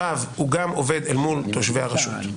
רב הוא גם עובד אל מול תושבי הרשות,